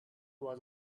was